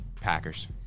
Packers